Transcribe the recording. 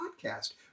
podcast